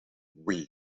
weak